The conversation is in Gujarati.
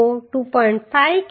તો 2